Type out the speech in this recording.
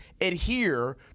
adhere